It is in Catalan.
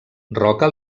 roca